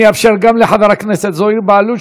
אני אאפשר גם לחבר הכנסת זוהיר בהלול,